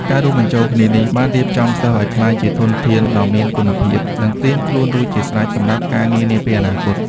ការរួមបញ្ចូលគ្នានេះបានរៀបចំសិស្សឱ្យក្លាយជាធនធានមនុស្សដ៏មានគុណភាព និងត្រៀមខ្លួនរួចជាស្រេចសម្រាប់ការងារនាពេលអនាគត។